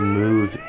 move